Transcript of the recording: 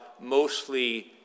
mostly